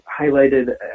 highlighted